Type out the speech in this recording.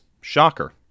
Shocker